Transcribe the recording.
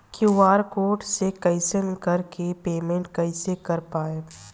QR code से scan कर के पेमेंट कइसे कर पाएम?